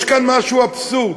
יש כאן משהו אבסורדי,